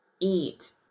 Eat